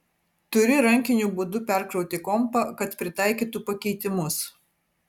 turi rankiniu būdu perkrauti kompą kad pritaikytų pakeitimus